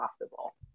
possible